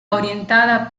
orientada